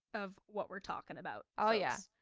of what we're talking about oh yeah.